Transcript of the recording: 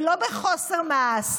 זה לא בחוסר מעש,